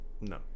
No